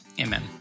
Amen